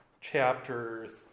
chapter